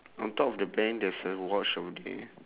on top of the bank there's a watch over there